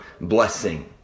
blessing